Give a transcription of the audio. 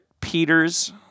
Peters